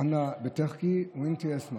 (אומר בערבית: אני אדבר ואתה תשמע.)